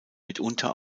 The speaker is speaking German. mitunter